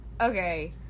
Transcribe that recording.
Okay